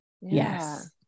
yes